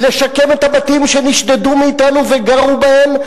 לשקם את הבתים שנשדדו מאתנו וגרו בהם,